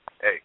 hey